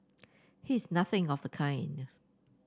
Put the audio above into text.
he is nothing of the kind